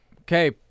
Okay